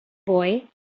boy